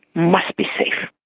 must be safe.